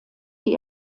die